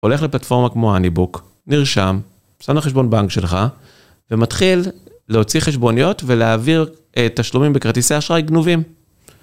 הולך לפטפורמה כמו האניבוק, נרשם, שם לחשבון בנק שלך ומתחיל להוציא חשבוניות ולהעביר את השלומים בכרטיסי אשראי גנובים.